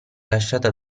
lasciata